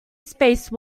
space